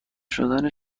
شدن